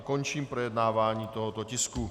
Končím projednávání tohoto tisku.